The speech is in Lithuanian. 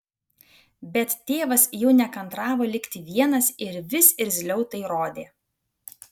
bet tėvas jau nekantravo likti vienas ir vis irzliau tai rodė